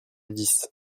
dix